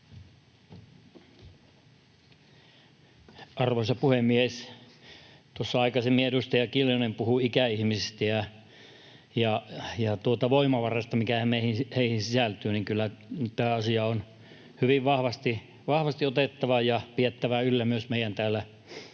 Arvoisa puhemies! Tuossa aikaisemmin edustaja Kiljunen puhui ikäihmisistä ja voimavarasta, mikä heihin sisältyy. Kyllä tämä asia nyt on hyvin vahvasti otettava ja meidän on sitä pidettävä